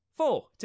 Four